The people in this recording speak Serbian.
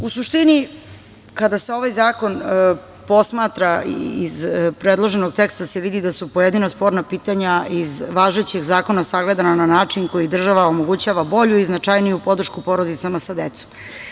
U suštini, kada se ovaj zakon posmatra, iz predloženog teksta, se vidi da su pojedina sporna pitanja iz važećeg zakona sagledana na način koji država omogućava bolju i značajniju podršku porodicama sa decom.